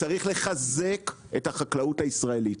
צריך לחזק את החקלאות הישראלית,